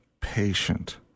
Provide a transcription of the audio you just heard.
patient